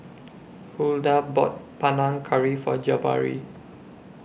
Huldah bought Panang Curry For Jabari